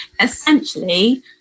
essentially